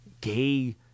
gay